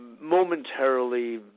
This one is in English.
momentarily